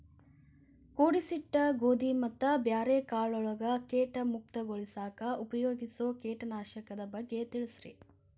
ಕೂಡಿಸಿಟ್ಟ ಗೋಧಿ ಮತ್ತ ಬ್ಯಾರೆ ಕಾಳಗೊಳ್ ಕೇಟ ಮುಕ್ತಗೋಳಿಸಾಕ್ ಉಪಯೋಗಿಸೋ ಕೇಟನಾಶಕದ ಬಗ್ಗೆ ತಿಳಸ್ರಿ